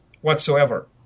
whatsoever